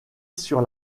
sur